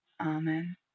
Amen